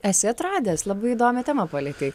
esi atradęs labai įdomią temą palietei